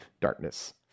darkness